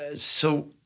ah so,